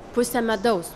pusę medaus